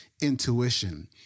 intuition